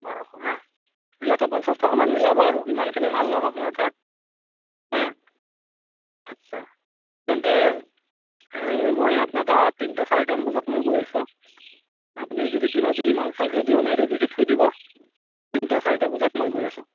বাৰশ না ইয়াতো পঞ্চাছ টকামান মিলাব আৰু ইমানখিনি মাল ল'ম আপোনাৰ তাত হা আচ্ছা তেন্তে মই আপোনাৰ তাত তিনটা চাৰিটামান বজাত মই গৈ আছোঁ আপুনি যদি কিবা যদি মাল চাল ৰেডিও নাই ৰেডিকে থৈ দিব তিনটা চাৰিটা বজাত মই গৈ আছোঁ